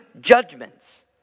judgments